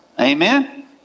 amen